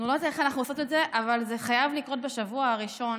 אנחנו לא יודעות איך אנחנו עושות את זה אבל זה חייב לקרות בשבוע הראשון,